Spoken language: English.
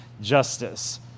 justice